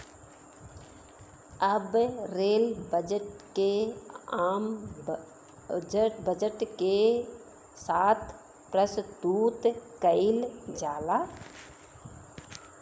अब rail budget के आम बजट के साथ प्रसतुत कईल जाला